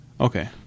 okay